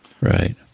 Right